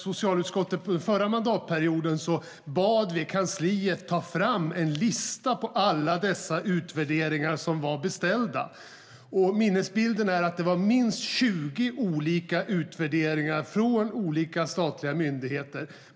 Socialutskottet bad under förra mandatperioden kansliet ta fram en lista på alla de utvärderingar som hade beställts. Minnesbilden är att det var minst 20 olika utvärderingar från skilda statliga myndigheter.